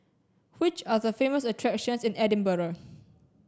which are the famous attractions in Edinburgh